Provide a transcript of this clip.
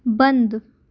बंद